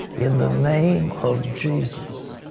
in the name of jesus.